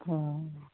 ਹਾਂ